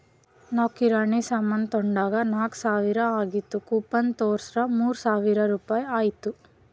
ನಾವ್ ಕಿರಾಣಿ ಸಾಮಾನ್ ತೊಂಡಾಗ್ ನಾಕ್ ಸಾವಿರ ಆಗಿತ್ತು ಕೂಪನ್ ತೋರ್ಸುರ್ ಮೂರ್ ಸಾವಿರ ರುಪಾಯಿ ಆಯ್ತು